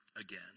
again